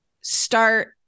start